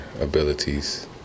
abilities